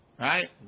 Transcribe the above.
Right